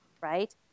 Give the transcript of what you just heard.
Right